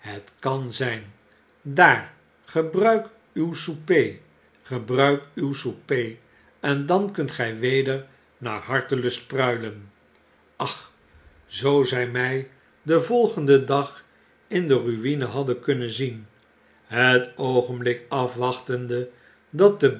het kan zyn daar gebruik uw souper gebruik uw souper en dan kunt gij weder naar hartelust pruilen ach zoo zij my den volgenden dag in de mine hadden kunnen zien net oogenolik afwachtende dat de